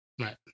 Right